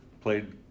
played